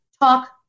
talk